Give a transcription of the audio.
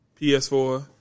PS4